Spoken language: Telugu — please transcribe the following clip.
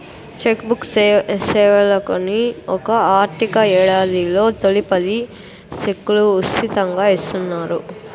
చెక్ బుక్ సేవలకని ఒక ఆర్థిక యేడాదిలో తొలి పది సెక్కులు ఉసితంగా ఇస్తున్నారు